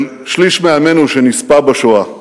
של שליש מעמנו שנספו בשואה.